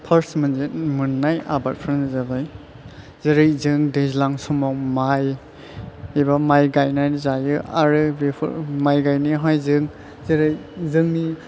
first मोननाय आबादफ्रानो जाबाय जेरै जों दैज्लां समाव माइ एबा माइ गायनानै जायो आरो बेफोर माइ गायनायावहाय जों जेरै जोंनि